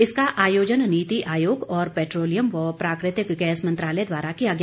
इसका आयोजन नीति आयोग और पैट्रोलियम व प्राकृतिक गैस मंत्रालय द्वारा किया गया